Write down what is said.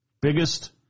Biggest